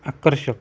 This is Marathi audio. आकर्षक